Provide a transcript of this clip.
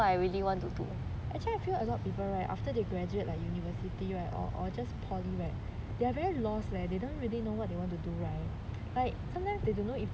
actually I feel a lot of people after they graduate university or or or just poly right they are very lost leh they don't really know what they want to do right like sometimes they don't know if they